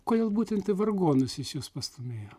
kodėl būtent į vargonus jis jus pastūmėjo